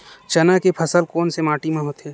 चना के फसल कोन से माटी मा होथे?